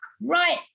right